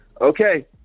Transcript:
Okay